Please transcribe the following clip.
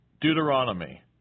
Deuteronomy